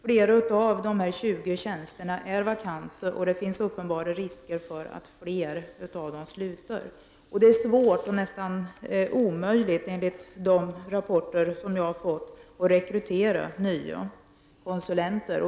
Många av de 20 tjänsterna är vakanta, och det finns uppenbara risker för att flera personer slutar. Det är svårt, nästan omöjligt, enligt de rapporter som jag har fått, att rekrytera nya konsulenter.